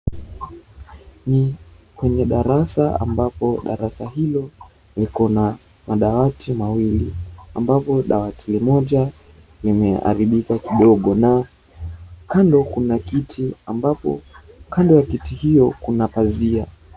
Ni kwenye darasa, ambapo darasa hilo liko na madawati mawili, ambapo dawati limoja, limeharibika kidogo. Na kando kuna kiti, ambapo kando ya kiti hiyo kuna pazia.